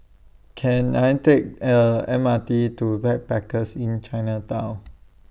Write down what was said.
Can I Take The M R T to Backpackers Inn Chinatown